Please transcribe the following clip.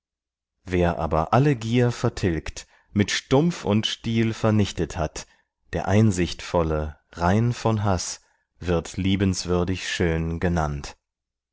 wer aber alle gier vertilgt mit stumpf und stiel vernichtet hat der einsichtvolle rein von haß wird liebenswürdig schön genannt